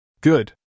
Good